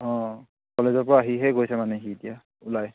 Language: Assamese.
অঁ কলেজৰপৰা আহিহে গৈছে মানে সি এতিয়া ওলাই